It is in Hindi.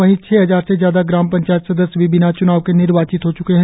वही छह हजार से ज्यादा ग्राम पंचायत सदस्य भी बिना च्नाव के निर्वाचित हो च्के है